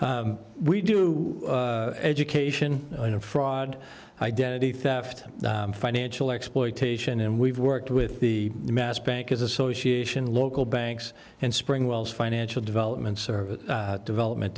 we do education fraud identity theft financial exploitation and we've worked with the mass bankers association local banks and spring wells financial developments or development